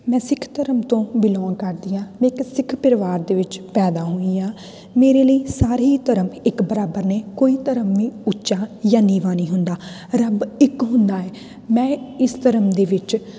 ਮੈਂ ਸਿੱਖ ਧਰਮ ਤੋਂ ਬਿਲੋਂਗ ਕਰਦੀ ਹਾਂ ਮੈਂ ਇੱਕ ਸਿੱਖ ਪਰਿਵਾਰ ਦੇ ਵਿੱਚ ਪੈਦਾ ਹੋਈ ਹਾਂ ਮੇਰੇ ਲਈ ਸਾਰੇ ਹੀ ਧਰਮ ਇੱਕ ਬਰਾਬਰ ਨੇ ਕੋਈ ਧਰਮ ਨਹੀਂ ਉੱਚਾ ਜਾਂ ਨੀਵਾਂ ਨਹੀਂ ਹੁੰਦਾ ਰੱਬ ਇੱਕ ਹੁੰਦਾ ਹੈ ਮੈਂ ਇਸ ਧਰਮ ਦੇ ਵਿੱਚ